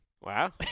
Wow